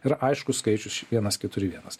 yra aiškus skaičius vienas keturi vienas